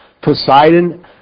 Poseidon